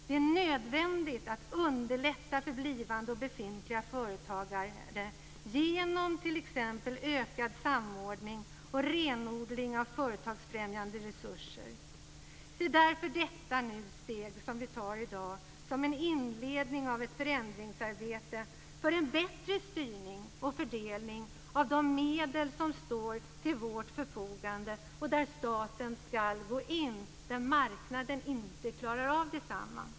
Det är nödvändigt att underlätta för blivande och befintliga företagare genom t.ex. ökad samordning och renodling av företagsfrämjande resurser. Se därför detta steg vi tar i dag som en inledning av ett förändringsarbete för en bättre styrning och fördelning av de medel som står till vårt förfogande. Staten ska gå in där marknaden inte klarar av detsamma.